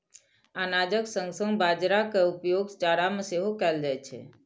अनाजक संग संग बाजारा के उपयोग चारा मे सेहो कैल जाइ छै